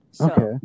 Okay